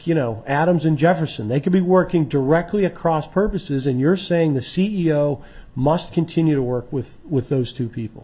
you know adams and jefferson they could be working directly across purposes and you're saying the c e o must continue to work with with those two people